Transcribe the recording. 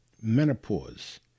Menopause